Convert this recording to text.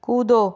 कूदो